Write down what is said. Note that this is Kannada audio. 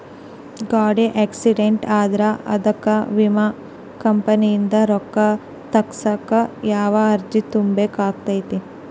ಗಾಡಿ ಆಕ್ಸಿಡೆಂಟ್ ಆದ್ರ ಅದಕ ವಿಮಾ ಕಂಪನಿಯಿಂದ್ ರೊಕ್ಕಾ ತಗಸಾಕ್ ಯಾವ ಅರ್ಜಿ ತುಂಬೇಕ ಆಗತೈತಿ?